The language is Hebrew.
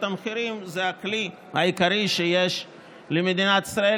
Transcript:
המחירים זה הכלי העיקרי שיש למדינת ישראל,